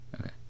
Okay